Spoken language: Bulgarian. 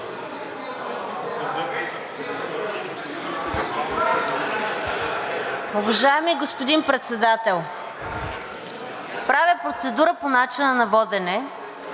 Уважаеми господин Председател, правя процедура по начина на водене,